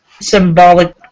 symbolic